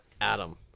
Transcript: Adam